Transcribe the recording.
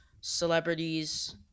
celebrities